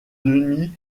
denys